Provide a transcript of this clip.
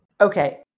Okay